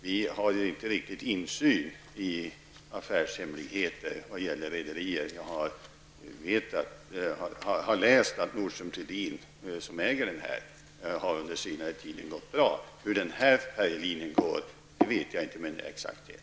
Nu har vi inte insyn i rederiernas affärshemligheter. Men jag har läst att rederiet Nordström & Thulin AB, som äger färjorna på denna linje, har gått bra på senare tid. Hur just den här färjelinjen bär sig vet jag inte med exakthet.